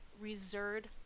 reserved